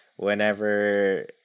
Whenever